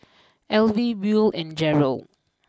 Elvie Buell and Jerold